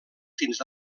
fins